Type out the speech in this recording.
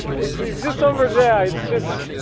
it's just over there it's just.